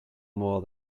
more